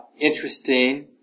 interesting